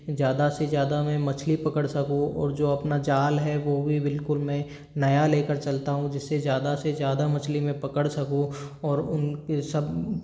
ज़्यादा से ज़्यादा मैं मछली पकड़ सकूँ और जो अपना जाल है वो भी बिलकुल मैं नया लेकर चलता हूँ जिससे ज़्यादा से ज़्यादा मछली मैं पकड़ सकूँ और उनके सब